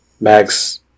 Max